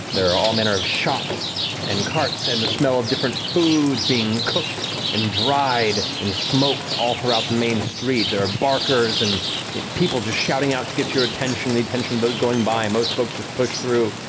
there are all manner of shops and carts and the smell of different foods being cooked and dried and smoked all throughout the main street. there are barkers and people just shouting out to get your attention and the attention of those going by, most folks just push through.